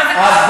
מה זה קשור?